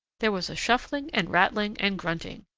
there was a shuffling and rattling and grunting,